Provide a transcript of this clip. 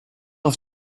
auf